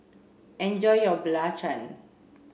enjoy your Belacan